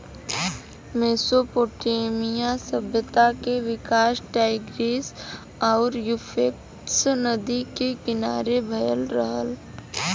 Mesopotamia सभ्यता के विकास टाईग्रीस आउर यूफ्रेटस नदी के किनारे भयल रहल